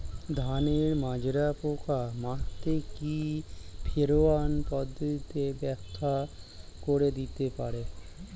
ধানের মাজরা পোকা মারতে কি ফেরোয়ান পদ্ধতি ব্যাখ্যা করে দিতে পারে?